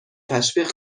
تشویق